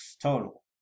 total